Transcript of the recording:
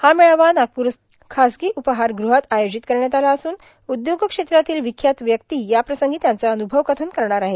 हा मेळावा नागपूरस्थित खाजगी उपहारगृहात आयोजित करण्यात आला असून उद्योग क्षेत्रातील विख्यात व्यक्ती याप्रसंगी त्यांचं अन्रभव कथन करणार आहेत